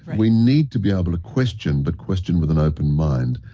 we need to be able to question, but question with an open-mind.